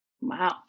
Wow